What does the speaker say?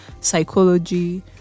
psychology